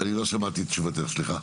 לא שמעתי את תשובתך, סליחה.